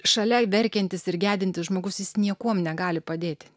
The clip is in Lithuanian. šalia verkiantis ir gedintis žmogus jis niekuom negali padėt